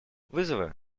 вызовы